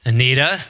Anita